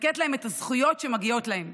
לתת להם את הזכויות שמגיעות להם.